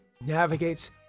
navigates